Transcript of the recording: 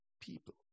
people